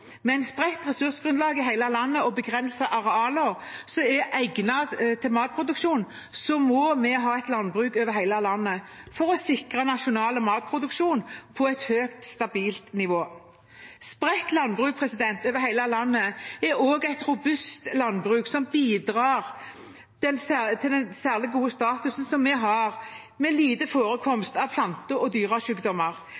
Med et spredt ressursgrunnlag i hele landet og begrensede arealer egnet til matproduksjon må vi ha et landbruk over hele landet for å sikre nasjonal matproduksjon på et høyt, stabilt nivå. Spredt landbruk over hele landet er også et robust landbruk som bidrar til den særlig gode statusen som vi har med hensyn til lite